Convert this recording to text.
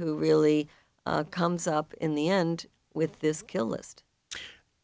who really comes up in the end with this kilis